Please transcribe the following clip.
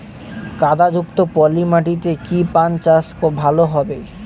কাদা যুক্ত পলি মাটিতে কি পান চাষ ভালো হবে?